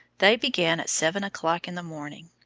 they began at seven o'clock in the morning.